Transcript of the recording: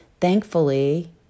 thankfully